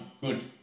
good